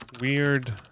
Weird